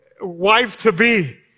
wife-to-be